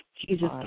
Jesus